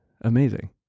Amazing